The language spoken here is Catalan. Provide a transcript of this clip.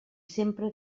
sempre